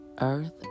earth